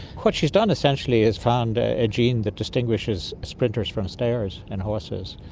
what she's done essentially is found ah a gene that distinguishes sprinters from stayers in horses.